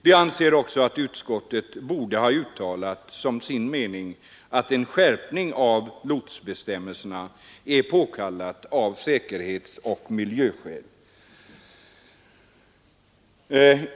Vi anser också att utskottet borde ha uttalat som sin mening att en skärpning av lotsbestämmelserna är påkallad av säkerhetsoch miljöskäl.